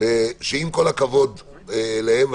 שעם כל הכבוד להן,